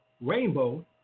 rainbow